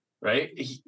Right